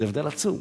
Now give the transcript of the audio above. זה הבדל עצום.